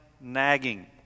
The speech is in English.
nagging